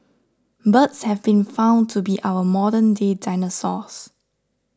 birds have been found to be our modernday dinosaurs